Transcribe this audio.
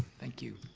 thank you,